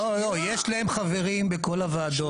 לא, יש להם חברים בכל הוועדות.